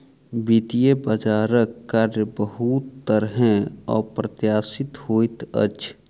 वित्तीय बजारक कार्य बहुत तरहेँ अप्रत्याशित होइत अछि